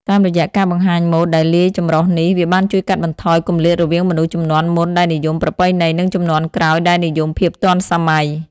តាមរយៈការបង្ហាញម៉ូដដែលលាយចម្រុះនេះ វាបានជួយកាត់បន្ថយគម្លាតរវាងមនុស្សជំនាន់មុនដែលនិយមប្រពៃណី និងជំនាន់ក្រោយដែលនិយមភាពទាន់សម័យ។